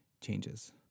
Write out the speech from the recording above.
changes